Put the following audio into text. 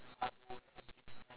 !wah! okay okay